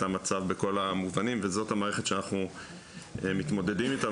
המצב בכל המובנים וזאת המערכת שאנחנו מתמודדים איתה,